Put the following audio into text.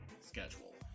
schedule